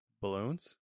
Balloons